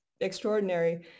extraordinary